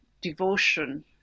devotion